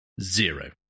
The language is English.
zero